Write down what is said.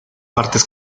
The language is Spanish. partes